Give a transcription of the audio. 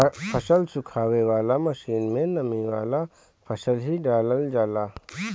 फसल सुखावे वाला मशीन में नमी वाला फसल ही डालल जाला